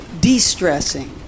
de-stressing